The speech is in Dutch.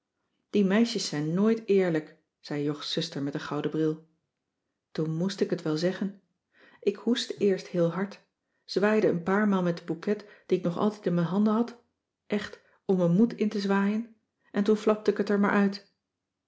die meisjes zijn nooit eerlijk zei jogs zuster met den gouden bril toen moest ik het wel zeggen ik hoestte eerst heel hard zwaaide een paar maal met de bouquet die ik nog altijd in mijn handen had echt om me moed in te zwaaien en toen flapte ik het er maar uit